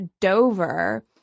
Dover